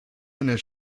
einer